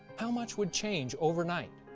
how much would change overnight?